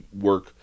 work